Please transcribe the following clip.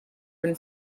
been